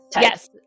yes